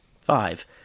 Five